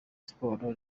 siporo